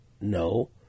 No